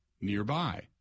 nearby